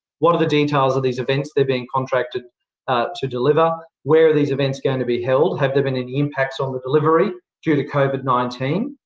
what are the details of these events they're being contracted to deliver? where are these events going to be held? have there been any impacts on the delivery due to covid nineteen?